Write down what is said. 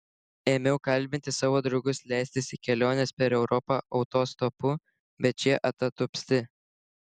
ėmiau kalbinti savo draugus leistis į keliones per europą autostopu bet šie atatupsti